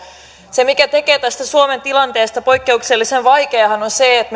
se mikä tekee tästä suomen tilanteesta poikkeuksellisen vaikean on se että